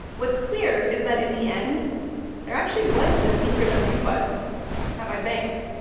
what's clear is that in the end there actually was this secret undo button at my bank.